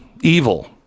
evil